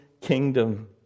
kingdom